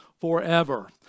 forever